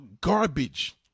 garbage